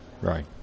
Right